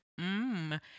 Mmm